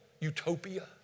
utopia